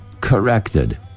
corrected